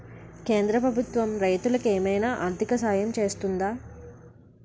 కేంద్ర ప్రభుత్వం రైతులకు ఏమైనా ఆర్థిక సాయం చేస్తుందా?